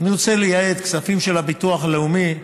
אני רוצה לייעד כספים של הביטוח הלאומי לנכים,